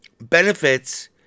benefits